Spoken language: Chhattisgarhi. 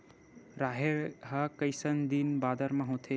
राहेर ह कइसन दिन बादर म होथे?